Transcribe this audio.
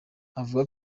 avuga